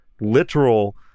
literal